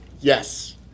Yes